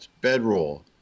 bedroll